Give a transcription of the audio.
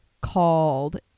called